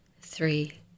three